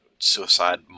Suicide